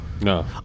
No